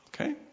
okay